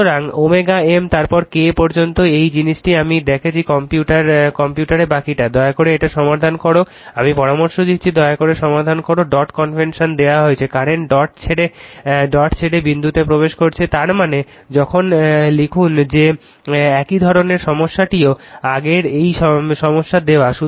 সুতরাং ω M তারপর K পর্যন্ত এই জিনিসটি আমি দেখাচ্ছি কম্পিউটারে বাকিটা দয়া করে এটি সমাধান করো আমি পরামর্শ দিচ্ছি দয়া করে সমাধান করো ডট কনভেনশন দেওয়া হয়েছে কারেন্ট ডট ছেড়ে বিন্দুতে প্রবেশ করছে তার মানে যখন লিখুন যে একই ধরনের সমস্যাটিও আগের একই সমস্যা দেখায়